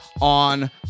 on